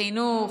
חינוך,